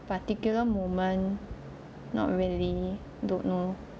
particular moment not really don't know